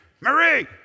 Marie